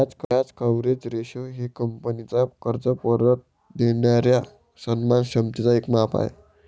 व्याज coverage ratio हे कंपनीचा कर्ज परत देणाऱ्या सन्मान क्षमतेचे एक माप आहे